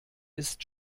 ist